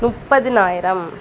முப்பதுனாயரம்